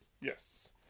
Yes